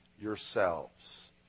yourselves